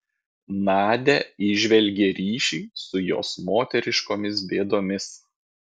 nadia įžvelgė ryšį su jos moteriškomis bėdomis